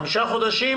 המטפלים,